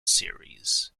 series